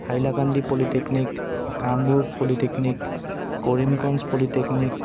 Hailakandi polytechnic Kamrup polytechnic Karimganj polytechnic